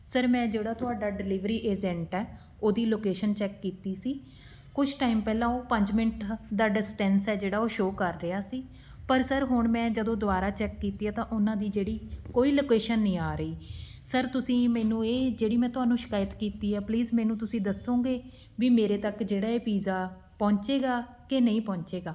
sir ਮੈਂ ਜਿਹੜਾ ਤੁਹਾਡਾ ਡਿਲੀਵਰੀ ਏਜੰਟ ਹੈ ਉਹਦੀ ਲੋਕੇਸ਼ਨ ਚੈੱਕ ਕੀਤੀ ਸੀ ਕੁਝ ਟਾਈਮ ਪਹਿਲਾਂ ਉਹ ਪੰਜ ਮਿੰਟ ਦਾ ਡਿਸਟੈਂਸ ਹੈ ਜਿਹੜਾ ਉਹ ਸ਼ੋਅ ਕਰ ਰਿਹਾ ਸੀ ਪਰ ਸਰ ਹੁਣ ਮੈਂ ਜਦੋਂ ਦੁਬਾਰਾ ਚੈੱਕ ਕੀਤੀ ਹੈ ਤਾਂ ਉਹਨਾਂ ਦੀ ਜਿਹੜੀ ਕੋਈ ਲੋਕੇਸ਼ਨ ਨਹੀਂ ਆ ਰਹੀ ਸਰ ਤੁਸੀਂ ਮੈਨੂੰ ਇਹ ਜਿਹੜੀ ਮੈਂ ਤੁਹਾਨੂੰ ਸ਼ਿਕਾਇਤ ਕੀਤੀ ਆ ਪਲੀਜ਼ ਮੈਨੂੰ ਤੁਸੀਂ ਦੱਸੋਗੇ ਵੀ ਮੇਰੇ ਤੱਕ ਜਿਹੜਾ ਇਹ ਪੀਜ਼ਾ ਪਹੁੰਚੇਗਾ ਕਿ ਨਹੀਂ ਪਹੁੰਚੇਗਾ